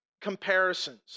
comparisons